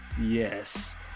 yes